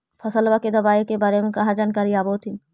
फसलबा के दबायें के बारे मे कहा जानकारीया आब होतीन?